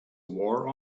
war